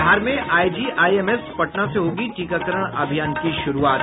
बिहार में आईजीआईएमएस पटना से होगी टीकाकरण अभियान की शुरूआत